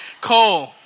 Cole